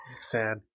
Sad